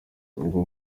ubwo